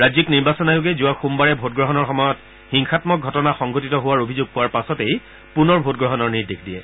ৰাজ্যিক নিৰ্বাচন আয়োগে যোৱা সোমবাৰে ভোটগ্ৰহণৰ সময়ত হিংসাম্মক ঘটনা সংঘটিত হোৱাৰ অভিযোগ পোৱাৰ পাছতেই পুনৰ ভোটগ্ৰহণৰ নিৰ্দেশ দিয়ে